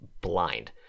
blind